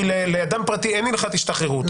כי לאדם פרטי אין הלכת השתחררות,